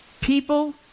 People